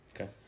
okay